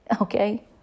Okay